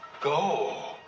Go